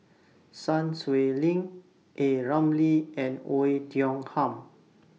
Sun Xueling A Ramli and Oei Tiong Ham